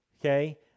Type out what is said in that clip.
Okay